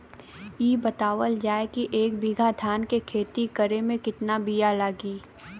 इ बतावल जाए के एक बिघा धान के खेती करेमे कितना बिया लागि?